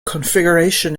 configuration